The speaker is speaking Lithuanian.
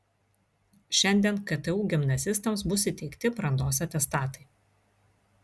šiandien ktu gimnazistams bus įteikti brandos atestatai